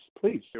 please